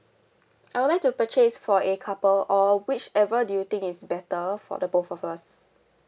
I would like to purchase for a couple or whichever do you think is better for the both of us